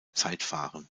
zeitfahren